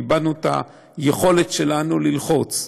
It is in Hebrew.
איבדנו את היכולת שלנו ללחוץ.